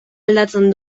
aldatzen